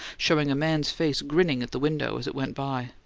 showing a man's face grinning at the window as it went by.